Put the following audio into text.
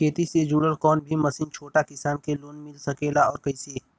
खेती से जुड़ल कौन भी मशीन छोटा किसान के लोन मिल सकेला और कइसे मिली?